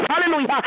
hallelujah